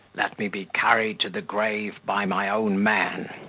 let me be carried to the grave by my own men,